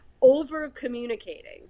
Over-communicating